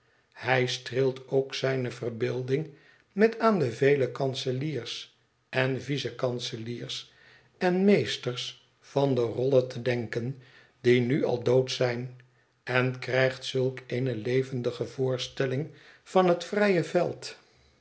hij streelt ook zijne verbeelding met aan de vele kanseliers en vice kanseliers en meesters van de rolle te denken die nu al dood zijn en krijgt zulk eene levendige voorstelling van het vrije veld